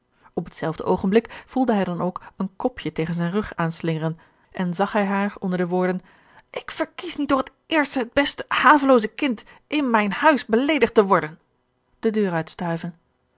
op hetzelfde oogenblik voelde hij dan ook een kopje tegen zijn rug aanslingeren en zag hij haar onder de woorden ik verkies niet door het eerste het beste havelooze kind in mijn huis beleedigd te worden de deur uitstuiven